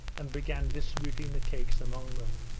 and began distributing the cakes among them.